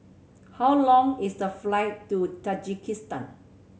how long is the flight to Tajikistan